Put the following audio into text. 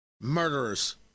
murderers